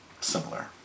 Similar